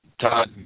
Todd